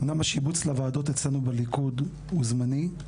אמנם השיבוץ לוועדות אצלנו בליכוד הוא זמני,